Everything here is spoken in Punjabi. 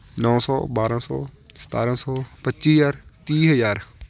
ਨੌ ਸੌ ਬਾਰ੍ਹਾਂ ਸੌ ਸਤਾਰ੍ਹਾਂ ਸੌ ਪੱਚੀ ਹਜ਼ਾਰ ਤੀਹ ਹਜ਼ਾਰ